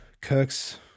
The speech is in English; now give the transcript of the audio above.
Kirk's